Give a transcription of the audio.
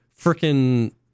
freaking